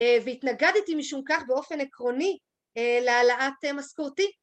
והתנגד איתי משום כך באופן עקרוני להעלאת משכורתי.